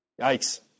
Yikes